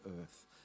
earth